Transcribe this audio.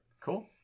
Cool